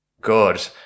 good